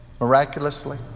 miraculously